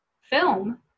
film